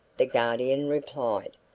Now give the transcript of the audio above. the guardian replied.